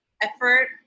effort